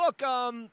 look